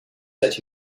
that